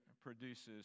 produces